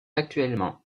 actuellement